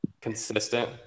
Consistent